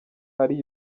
ari